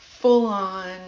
full-on